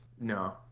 No